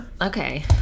Okay